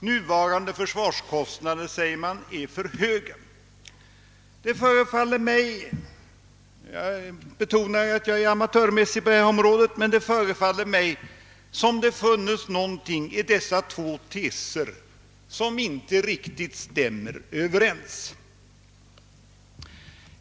Nuvarande försvarskostnader, säger man, är för höga. Det förefaller mig — jag betonar att jag är amatör på detta område — som om det funnes något i dessa två teser som inte riktigt stämmer överens.